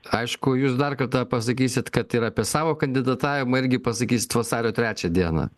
aišku jūs dar kartą pasakysit kad ir apie savo kandidatavimą irgi pasakysit vasario trečią dieną